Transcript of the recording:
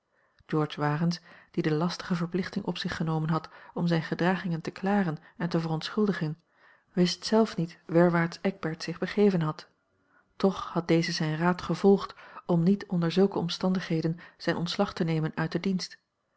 george warens die de lastige verplichting op zich genomen had om zijne gedragingen te klaren en te verontschuldigen wist zelf niet werwaarts eckbert zich begeven had toch had deze zijn raad gevolgd om niet a l g bosboom-toussaint langs een omweg onder zulke omstandigheden zijn ontslag te nemen uit den dienst